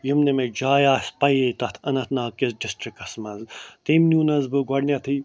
یِم نہٕ مےٚ جایہِ آسہٕ پَیی تَتھ اَننت ناگہٕ کِس ڈِسٹرکَس منٛز تٔمۍ نیونَس بہٕ گۄڈٕنٮ۪تھٕے